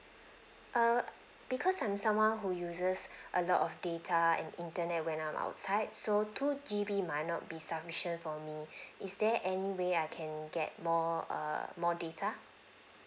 err because I'm someone who uses a lot of data and internet when I'm outside so two G_B might not be sufficient for me is there any way I can get more err more data